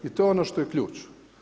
I to je ono što je ključ.